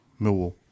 Millwall